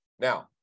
Now